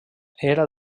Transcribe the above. era